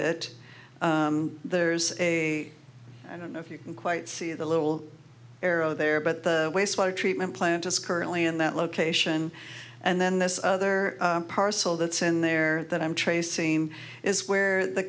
it there's a i don't know if you can quite see the little arrow there but the wastewater treatment plant is currently in that location and then this other parcel that's in there that i'm tracing is where the